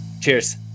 Cheers